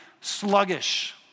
sluggish